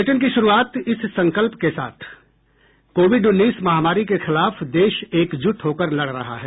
bulletin की शुरूआत इस संकल्प के साथ कोविड उन्नीस महामारी के खिलाफ देश एकजूट होकर लड़ रहा है